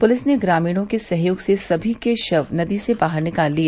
police ने ग्रामीणों के सहयोग से सभी के शव नदी से बाहर निकाल लिया